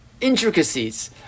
intricacies